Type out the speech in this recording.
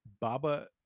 Baba